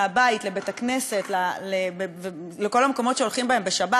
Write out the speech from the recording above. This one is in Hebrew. מהבית לבית-הכנסת ולכל המקומות שהולכים אליהם בשבת,